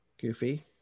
Goofy